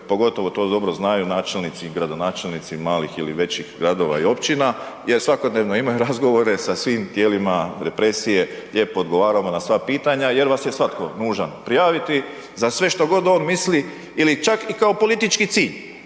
pogotovo to dobro znaju načelnici i gradonačelnici malih ili većih gradova i općina gdje svakodnevno imaju razgovore sa svim tijelima represije, lijepo odgovaramo na sva pitanja jer vas je svatko nužan prijaviti za sve što god on misli ili čak i kao politički cilj,